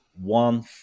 one